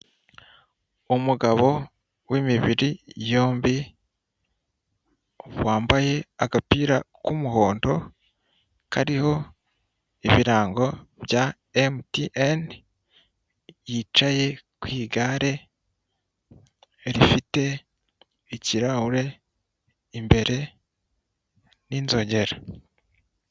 Umugabo w' imibiri yombi wambaye agapira k'umuhondo kariho ibirango bya emutiyeni yicaye ku igare rifite ikirahure imbere n'inzogera.